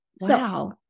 Wow